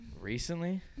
Recently